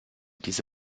diese